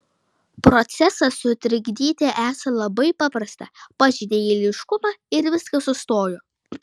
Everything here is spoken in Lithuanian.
procesą sutrikdyti esą labai paprasta pažeidei eiliškumą ir viskas sustojo